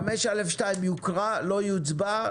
סעיף 5א2 יוקרא אך לא יוצבע.